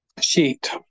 sheet